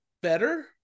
better